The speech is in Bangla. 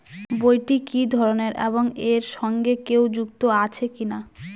বইটি কি ধরনের এবং এর সঙ্গে কেউ যুক্ত আছে কিনা?